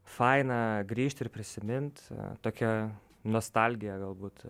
faina grįžt ir prisimint tokia nostalgija galbūt